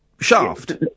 shaft